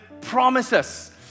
Promises